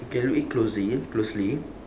you can look it closely closely